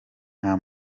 nta